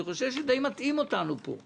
אני חושב שדי מטעים אותנו פה.